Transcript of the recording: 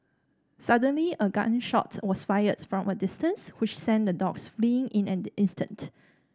suddenly a gun shot was fired from a distance which sent the dogs fleeing in an instant